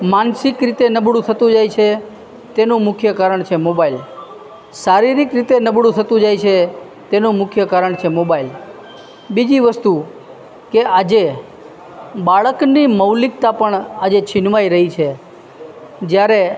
માનસિક રીતે નબળું થતું જાય છે તેનું મુખ્ય કારણ છે મોબાઈલ શારીરિક રીતે નબળું થતું જાય છે તેનું મુખ્ય કારણ છે મોબાઈલ બીજી વસ્તુ કે આજે બાળકને મૌલિકતા પણ આજે છીનવાઈ રહી છે જ્યારે